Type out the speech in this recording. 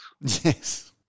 Yes